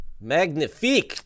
Magnifique